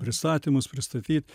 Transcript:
pristatymus pristatyt